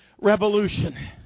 revolution